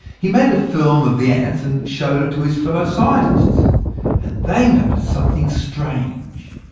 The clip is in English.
he made a film of the ants, and showed it to his fellow scientists and they noticed something strange.